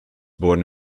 born